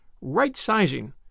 right-sizing